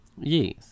Yes